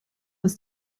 ist